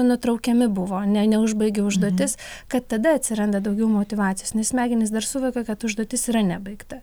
nutraukiami buvo ne neužbaigi užduotis kad tada atsiranda daugiau motyvacijos nes smegenys dar suvokia kad užduotis yra nebaigta